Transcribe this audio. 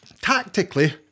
Tactically